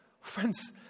Friends